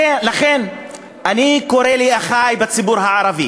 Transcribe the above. לכן, אני קורא לאחי בציבור הערבי